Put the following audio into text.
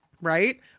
right